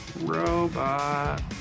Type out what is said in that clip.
robot